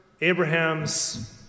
Abraham's